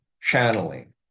channeling